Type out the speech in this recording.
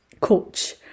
coach